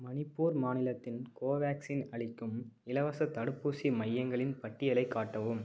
மணிப்பூர் மாநிலத்தின் கோவேக்சின் அளிக்கும் இலவசத் தடுப்பூசி மையங்களின் பட்டியலைக் காட்டவும்